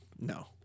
No